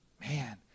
Man